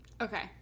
Okay